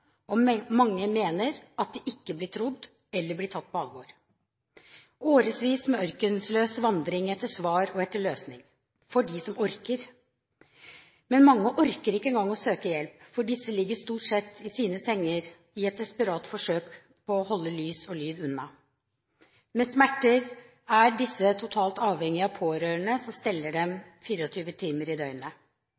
orker. Men mange orker ikke engang å søke hjelp, for de ligger stort sett i sengen sin, i et desperat forsøk på å holde lys og lyd unna. Med smerter er disse totalt avhengig av pårørende som steller dem